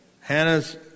Hannah's